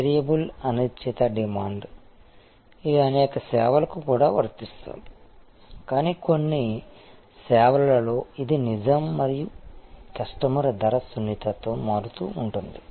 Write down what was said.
variable అనిశ్చిత demand ఇది అనేక సేవలకు కూడా వర్తిస్తుంది కానీ కొన్ని సేవలలో ఇది నిజం మరియు కస్టమర్ ధర సున్నితత్వం మారుతూ ఉంటుంది